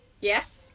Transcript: Yes